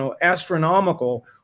astronomical